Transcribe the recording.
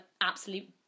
absolute